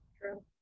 true